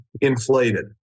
inflated